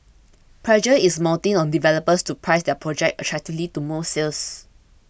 pressure is mounting on developers to price their projects attractively to move sales